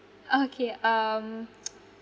okay um